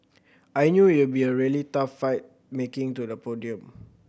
I knew it'll be a really tough fight making to the podium